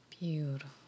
Beautiful